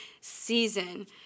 season